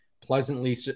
pleasantly